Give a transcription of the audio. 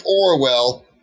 Orwell